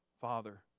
father